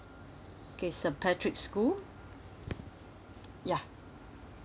K st patrick school ya